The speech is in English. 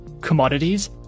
commodities